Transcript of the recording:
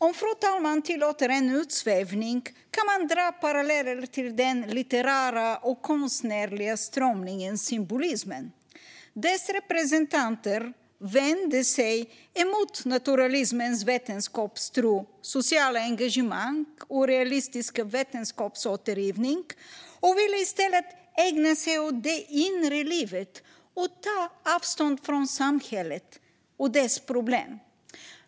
Om fru talmannen tillåter en utsvävning kan man dra paralleller till den litterära och konstnärliga strömningen symbolismen. Dess representanter vände sig emot naturalismens vetenskapstro, sociala engagemang och realistiska vetenskapsåtergivning och ville i stället ägna sig åt det inre livet och ta avstånd från samhället och dess problem.